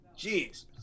Jeez